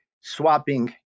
swapping